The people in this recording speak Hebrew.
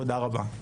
תודה רבה.